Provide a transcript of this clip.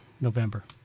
November